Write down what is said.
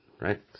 Right